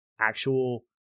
actual